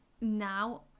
now